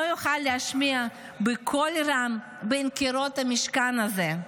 לא יוכל להישמע בקול רם בין קירות המשכן הזה?